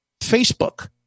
Facebook